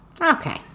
Okay